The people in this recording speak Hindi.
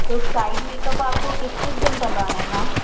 तो साइड मेकअप आपको किस किस दिन करवाना है मैम